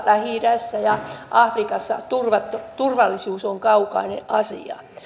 lähi idässä ja afrikassa mutta osin euroopassa turvallisuus on kaukainen asia